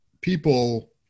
people